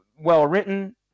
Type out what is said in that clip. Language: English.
well-written